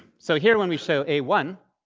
so here when we show a one,